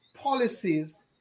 policies